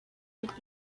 would